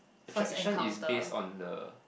attraction is based on the